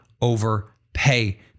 overpay